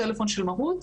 זה הטלפון של מהות,